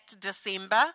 December